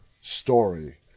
story